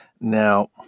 Now